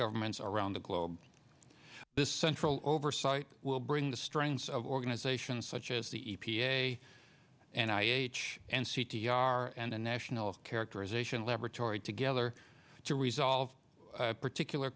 governments around the globe this central oversight will bring the strengths of organizations such as the e p a and i h and c t r and the national characterization laboratory together to resolve particular